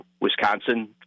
Wisconsin